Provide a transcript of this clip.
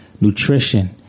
nutrition